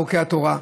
חוקי התורה,